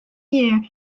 year